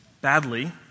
badly